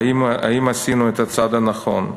האם עשינו את הצעד הנכון?